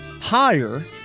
higher